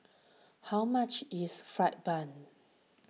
how much is Fried Bun